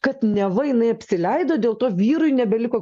kad neva jinai apsileido dėl to vyrui nebeliko